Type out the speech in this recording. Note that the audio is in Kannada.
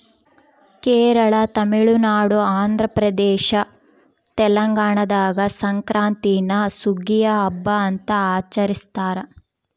ಕೇರಳ ತಮಿಳುನಾಡು ಆಂಧ್ರಪ್ರದೇಶ ತೆಲಂಗಾಣದಾಗ ಸಂಕ್ರಾಂತೀನ ಸುಗ್ಗಿಯ ಹಬ್ಬ ಅಂತ ಆಚರಿಸ್ತಾರ